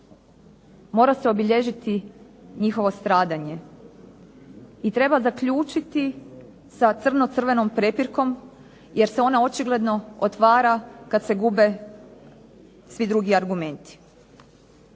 Mora se obilježiti njihovo stradanje i treba zaključiti sa crno crvenom prepirkom jer se ona očigledno otvara kada se gube svi drugi argumenti.